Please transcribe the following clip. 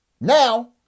now